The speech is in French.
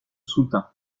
soutint